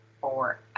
Forever